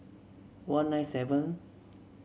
one nine seven